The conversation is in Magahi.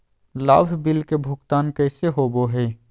लाभ बिल के भुगतान कैसे होबो हैं?